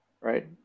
Right